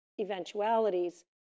eventualities